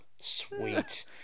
sweet